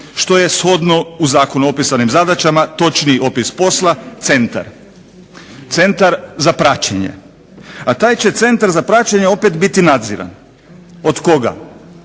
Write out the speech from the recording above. što je shodno u zakonu opisanim zadaća, točni opis posla centar, Centar za praćenje. A taj će Centar za praćenje opet biti nadziran. Od koga,